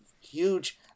huge